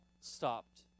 stopped